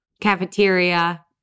cafeteria